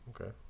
Okay